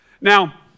Now